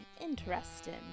interesting